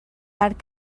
had